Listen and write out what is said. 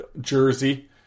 jersey